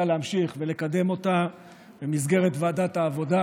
להמשיך ולקדם אותה במסגרת ועדת העבודה